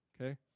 okay